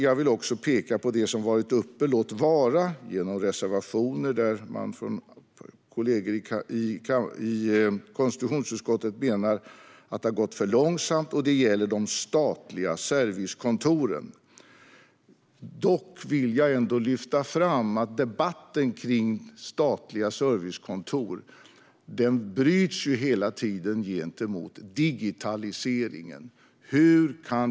Jag vill peka på något som har varit uppe, låt vara genom reservationer, och där kollegor i konstitutionsutskottet menar att det har gått för långsamt. Det gäller de statliga servicekontoren. Dock vill jag lyfta fram att debatten kring statliga servicekontor hela tiden bryts gentemot digitaliseringen.